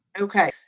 Okay